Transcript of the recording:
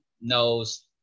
knows –